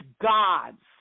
God's